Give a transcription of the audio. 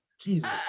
Jesus